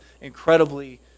incredibly